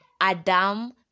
Adam